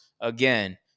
again